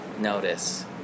notice